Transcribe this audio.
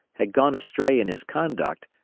had gone astray in his conduct,